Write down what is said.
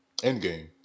Endgame